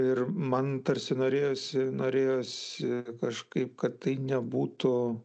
ir man tarsi norėjosi norėjosi kažkaip kad tai nebūtų